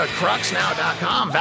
cruxnow.com